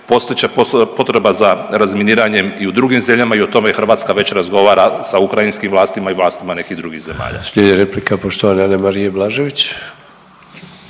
postojat će potreba za razminiranjem i u drugim zemljama, i o tome Hrvatska već razgovara sa ukrajinskim vlastima i vlastima nekih drugih zemalja. **Sanader, Ante (HDZ)** Sljedeća replika, poštovane Anamarije Blažević.